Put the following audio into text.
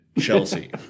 Chelsea